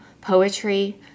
poetry